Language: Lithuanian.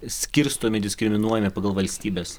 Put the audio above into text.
skirstomi diskriminuojami pagal valstybes